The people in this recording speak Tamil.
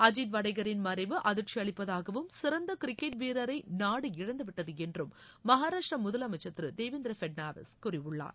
அஜித் வடேகின் மறைவு அதிர்ச்சி அளிப்பதாகவும் சிறந்த கிரிக்கெட் வீரரை நாடு இழந்து விட்டது என்றும் மகாராஷ்டிரா முதலமைச்சா் திரு தேவேந்திர பட்னாவிஸ் கூறியுள்ளார்